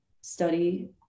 study